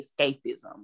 escapism